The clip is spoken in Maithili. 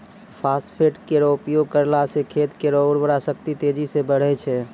फास्फेट केरो उपयोग करला सें खेत केरो उर्वरा शक्ति तेजी सें बढ़ै छै